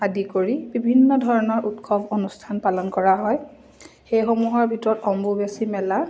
আদি কৰি বিভিন্ন ধৰণৰ উৎসৱ অনুষ্ঠান পালন কৰা হয় সেইসমূহৰ ভিতৰত অম্বুবাচী মেলা